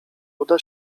uda